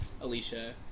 Alicia